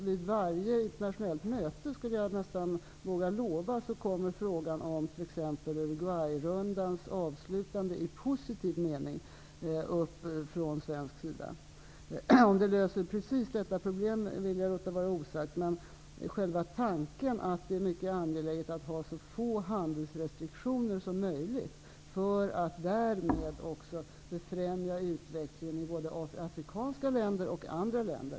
Jag vågar nästan lova att t.ex. frågan om Uruguayrundans avslutande i positiv mening kommer upp på svenskt initiativ vid varje internationellt möte. Om detta löser precis det problem vi nu diskuterar vill jag låta vara osagt, men det vore väldigt glädjande om vi var överens om själva tanken, att det är mycket angeläget att ha så få handelsrestriktioner som möjligt, för att därmed också främja utvecklingen i både afrikanska länder och andra länder.